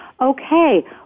okay